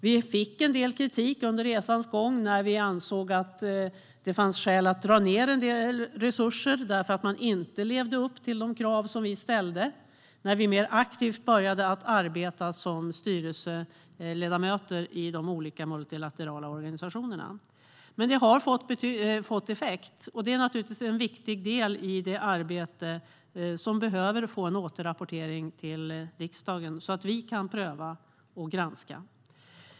Vi fick en del kritik under resans gång när vi ansåg att det fanns skäl att dra ned en del resurser därför att man inte levde upp till de krav som vi ställde när vi mer aktivt började att arbeta som styrelseledamöter i de olika multilaterala organisationerna. Men det har fått effekt. Det är en viktig del i det arbete som vi behöver få en återrapportering om till riksdagen så att vi kan pröva och granska.